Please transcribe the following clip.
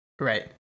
right